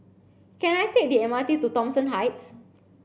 can I take the M R T to Thomson Heights